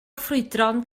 ffrwydron